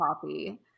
copy